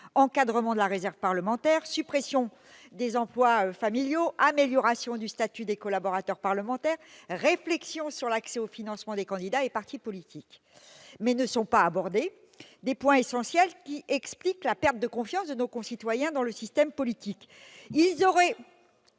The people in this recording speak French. encadrement de la réserve parlementaire, suppression des emplois familiaux, amélioration du statut des collaborateurs parlementaires, réflexion sur l'accès au financement des candidats et partis politiques. Surtout grâce au travail du Sénat ! Reste que ne sont pas abordés des points essentiels, qui expliquent la perte de confiance de nos concitoyens dans le système politique. La lutte